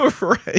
right